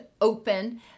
open